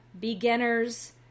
Beginners